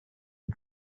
and